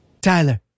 Tyler